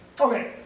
Okay